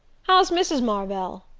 how's mrs. marvell?